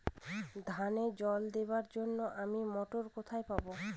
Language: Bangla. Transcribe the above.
ধানে জল দেবার জন্য আমি মটর কোথায় পাবো?